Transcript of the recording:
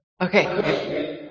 Okay